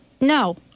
no